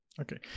Okay